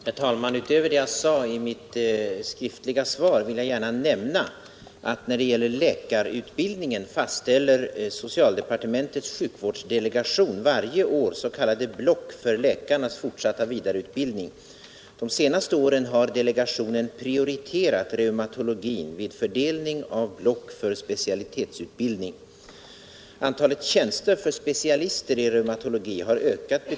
Herr talman! Utöver det jag sade i mitt skriftliga svar vill jag gärna nämna att när det gäller läkarutbildningen fastställer socialdepartementets sjukvårdsdelegation varje år s.k. block för läkarnas fortsatta vidareutbildning. De senaste åren har delegationen prioriterat reumatologin vid fördelning av block för specialitetsutbildning. Herr talman! Jag tackar för det ytterligare klarläggande som jag har fått.